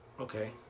Okay